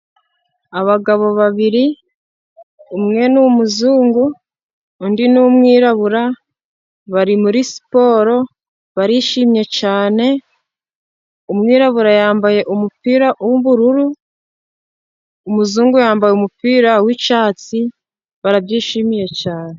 Abagabo babiri, umwe ni umuzungu, undi numwirabura. Bari muri siporo barishimye cyane, umwirabura yambaye umupira w'ubururu, umuzungu yambaye umupira w'icyatsi, barabyishimiye cyane.